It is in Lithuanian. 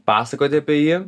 pasakoti apie jį